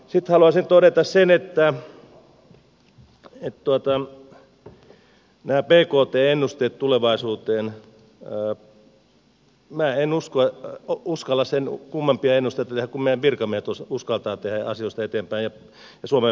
sitten haluaisin todeta näistä bkt ennusteista tulevaisuuteen että minä en uskalla sen kummempia ennusteita tehdä kuin meidän virkamiehemme ja suomen pankki uskaltavat tehdä asioista eteenpäin